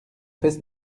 fest